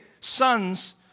sons